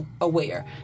aware